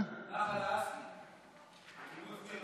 נחל האסי למשל.